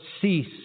cease